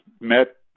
met